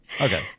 Okay